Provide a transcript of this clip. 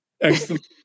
Excellent